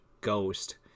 Ghost